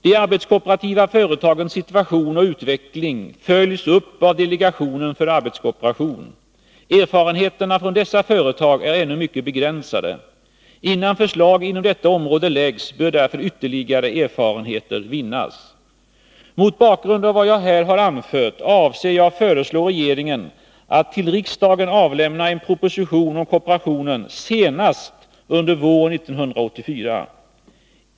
De arbetskooperativa företagens situation och utveckling följs upp av delegationen för arbetskooperation. Erfarenheterna från dessa företag är ännu mycket begränsade. Innan förslag inom detta område läggs fram bör därför ytterligare erfarenheter vinnas. Mot bakgrund av vad jag här har anfört avser jag föreslå regeringen att till riksdagen avlämna en proposition om kooperationen senast under våren 1984.